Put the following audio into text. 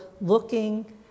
looking